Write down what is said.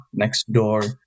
Nextdoor